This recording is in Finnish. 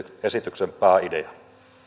esityksen pääidea